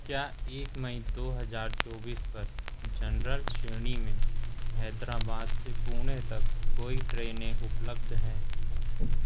क्या एक मई दो हजार चौबीस पर जनरल श्रेणी में हैदराबाद से पुणे तक कोई ट्रेनें उपलब्ध हैं